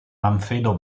manfredo